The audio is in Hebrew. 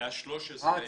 וה-13?